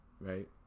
right